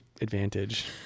advantage